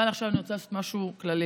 אבל עכשיו אני רוצה לעשות משהו כללי.